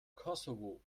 kosovo